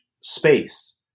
space